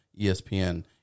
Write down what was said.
ESPN